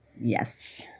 yes